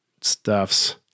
stuffs